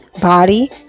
body